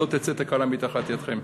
שלא תצא תקלה מתחת ידכם.